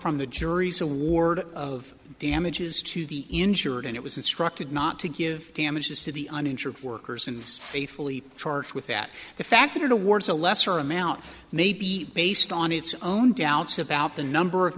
from the jury's award of damages to the injured and it was instructed not to give damages to the uninsured workers in a fully charged with that the fact that awards a lesser amount may be based on its own doubts about the number of